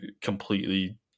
completely